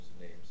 names